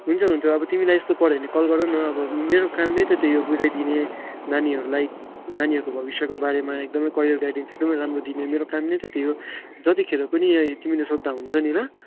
हुन्छ हुन्छ अब तिमीलाई यस्तो पर्यो भने कल गर न अब मेरो काम नै त त्यही हो बुझाइदिने नानीहरूलाई नानीहरूको भविष्यको बारेमा एकदमै करियर गाइडेन्स एकदमै राम्रो दिने मेरो काम नै त त्यही हो जतिखेर पनि यहाँ तिमीले सोद्धा हुन्छ नि ल